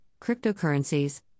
Cryptocurrencies